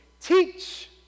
Teach